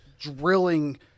drilling